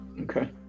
okay